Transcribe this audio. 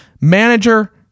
manager